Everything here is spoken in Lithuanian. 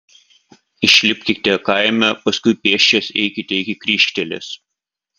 išlipkite kaime paskui pėsčias eikite iki kryžkelės